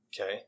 Okay